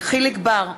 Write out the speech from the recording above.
יחיאל חיליק בר,